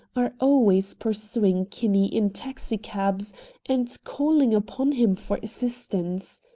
are always pursuing kinney in taxicabs and calling upon him for assistance.